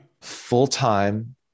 full-time